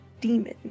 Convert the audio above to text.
demon